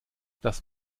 das